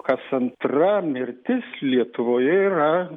kas antra mirtis lietuvoje yra